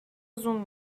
زوم